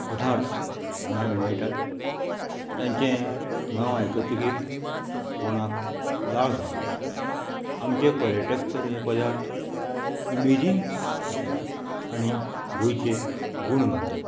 पदार्थ गोंयाक मेळटात तांचें नांव आयकतकीर तोंडाक लाळ सुट्टा आमचे पर्यटक तर हे पदार्थ उमेदीन खातात आनी गोंयचे गूण घातात